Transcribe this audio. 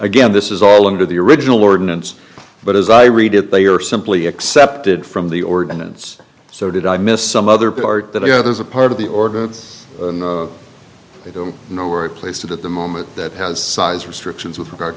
again this is all under the original ordinance but as i read it they are simply accepted from the ordinance so did i miss some other part that i got as a part of the ordinance i don't know where i placed it at the moment that has size restrictions with regard